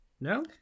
no